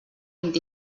vint